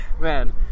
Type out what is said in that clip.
man